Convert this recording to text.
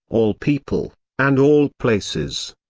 all people, and all places.